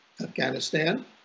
Afghanistan